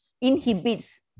inhibits